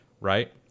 right